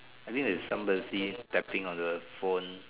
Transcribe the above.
I think there is somebody stepping on the phone